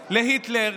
יום-יומי להיטלר,